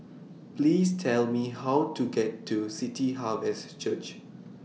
Please Tell Me How to get to City Harvest Church